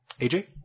AJ